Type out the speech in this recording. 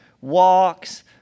walks